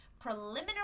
preliminary